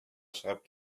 чыгып